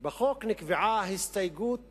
בחוק נקבעה הסתייגות